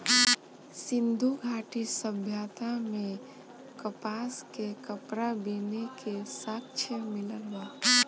सिंधु घाटी सभ्यता में कपास के कपड़ा बीने के साक्ष्य मिलल बा